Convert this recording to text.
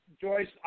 Joyce